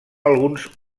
alguns